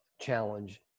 challenge